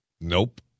Nope